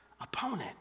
opponent